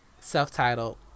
self-titled